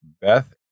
Beth